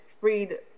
freed